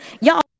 y'all